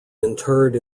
interred